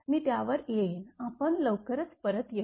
मी त्यावर येईन आपण लवकरच परत येऊ